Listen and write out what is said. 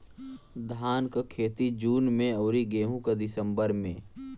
धान क खेती जून में अउर गेहूँ क दिसंबर में?